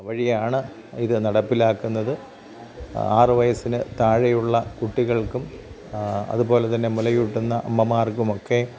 വഴിയാണ് ഇത് നടപ്പിലാക്കുന്നത് ആറ് വയസ്സിന് താഴെയുള്ള കുട്ടികൾക്കും അതുപോലത്തന്നെ മുലയൂട്ടുന്ന അമ്മമാർക്കും ഒക്കെ